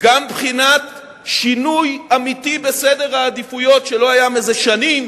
גם בחינת שינוי אמיתי בסדר העדיפויות שלא היה זה שנים,